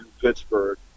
Pittsburgh